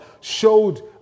showed